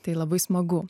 tai labai smagu